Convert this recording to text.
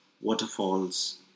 waterfalls